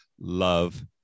love